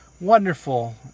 wonderful